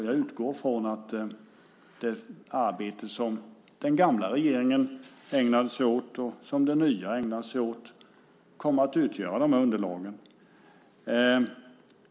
Jag utgår från att det arbete som den gamla regeringen ägnade sig åt, och som den nya ägnar sig åt, kommer att utgöra underlaget.